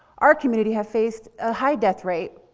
our community have faced a high death rate.